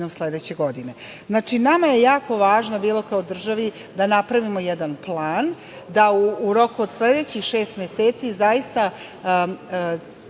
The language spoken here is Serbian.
sledeće godine. Znači, nama je jako važno bilo kao državi da napravimo jedan plan, da u roku od sledećih šest meseci zaista